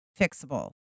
fixable